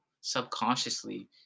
subconsciously